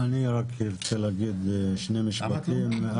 אני רוצה להגיד שני משפטים.